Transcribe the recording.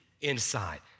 inside